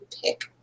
pick